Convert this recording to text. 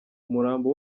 umurambo